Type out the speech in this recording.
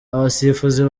abasifuzi